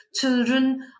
children